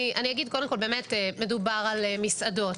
מדובר על מסעדות,